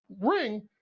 ring